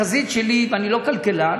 התחזית שלי, ואני לא כלכלן,